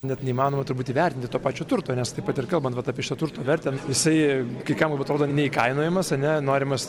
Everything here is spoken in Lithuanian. net neįmanoma turbūt įvertinti to pačio turto nes taip pat ir kalbant vat apie šito turto vertę jisai kai kam va atrodo neįkainojamas ane norimas